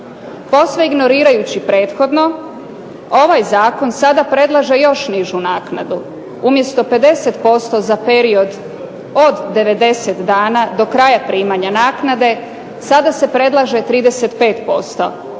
Posve ignorirajući prethodno, ovaj zakon sada predlaže još nižu naknadu, umjesto 50% za period od 90 dana do kraja primanja naknade, sada se predlaže 35%,